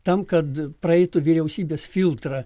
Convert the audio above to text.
tam kad praeitų vyriausybės filtrą